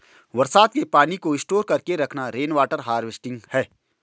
बरसात के पानी को स्टोर करके रखना रेनवॉटर हारवेस्टिंग है